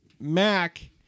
Mac